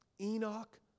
Enoch